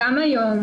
גם היום,